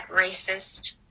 racist